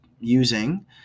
using